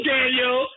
Daniel